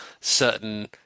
certain